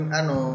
ano